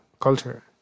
culture